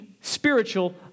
spiritual